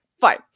fine